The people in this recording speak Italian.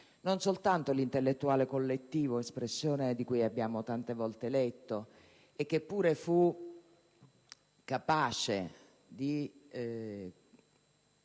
non soltanto l'intellettuale collettivo, espressione di cui abbiamo tante volte letto e che pure fu capace di